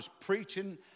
preaching